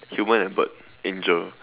human and bird angel